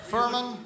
Furman